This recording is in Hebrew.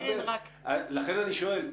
לכן אני שואל,